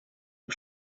and